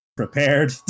Prepared